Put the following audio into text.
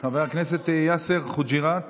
חבר הכנסת יאסר חוג'יראת,